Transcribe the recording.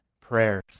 prayers